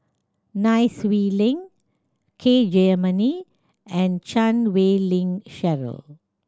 Nai Swee Leng K Jayamani and Chan Wei Ling Cheryl